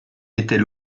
étaient